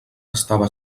estava